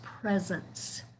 presence